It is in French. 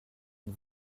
une